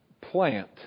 plant